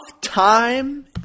time